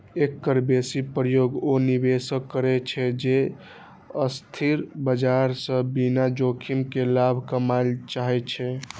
एकर बेसी प्रयोग ओ निवेशक करै छै, जे अस्थिर बाजार सं बिना जोखिम के लाभ कमबय चाहै छै